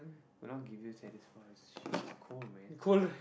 will not give you shit it's cold man